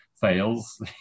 fails